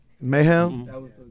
Mayhem